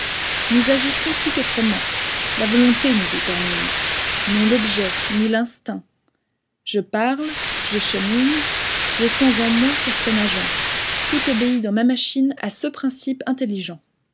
nous agissons tout autrement la volonté nous détermine non l'objet ni l'instinct je parle je chemine je sens en moi certain agent tout obéit dans ma machine à ce principe intelligent